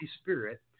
Spirit